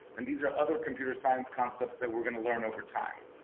and these are other computer science concepts that we're gonna learn over time.